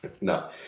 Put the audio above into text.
No